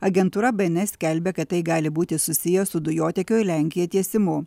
agentūra bns skelbė kad tai gali būti susiję su dujotiekio į lenkiją tiesimu